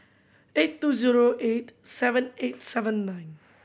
eight two zero eight seven eight seven nine